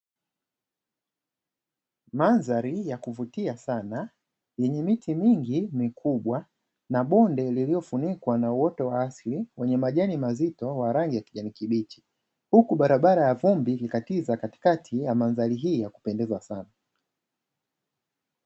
Manzari ya kuvutia sana yenye miti mingi mikubwa na bonde lililofunikwa na uoto wa asili wenye majani mazito wa rangi ya kijani kibichi, huku barabara ya vumbi ikikatiza katikati ya mandhari hii ya kupendeza sana.